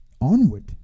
Onward